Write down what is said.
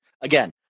Again